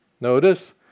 Notice